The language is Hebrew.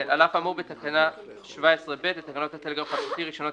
בתקנה 17(ב) לתקנות הטלגרף האלחוטי (רשיונות,